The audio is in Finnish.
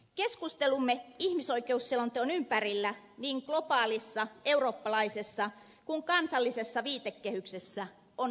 keskustelumme ihmisoikeusselonteon ympärillä niin globaalissa eurooppalaisessa kuin kansallisessakin viitekehyksessä on ajankohtaista